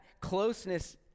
closeness